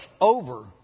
over